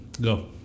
go